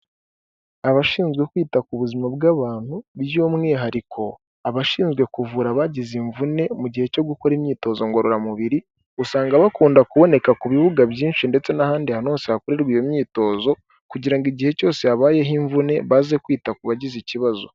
Abashinzwe kwita ku buzima bw'abantu by'umwihariko abashinzwe kuvura bagize imvune mu gihe cyo gukora imyitozo ngororamubiri usanga bakunda kuboneka ku bibuga byinshi ndetse n'ahandi hantu hose hakorerwa iyo myitozo kugira ngo igihe cyose habayeho imvune baze kwita ku bagize ikibazo.